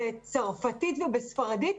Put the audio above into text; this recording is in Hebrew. הצרפתית והספרדית,